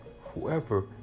whoever